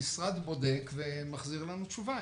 המשרד בודק ומחזיר לנו תשובה.